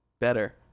better